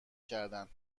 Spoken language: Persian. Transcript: کردن